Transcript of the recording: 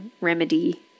remedy